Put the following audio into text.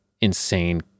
insane